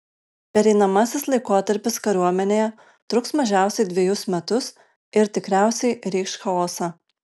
pereinamasis laikotarpis kariuomenėje truks mažiausiai dvejus metus ir tikriausiai reikš chaosą